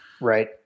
Right